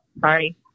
sorry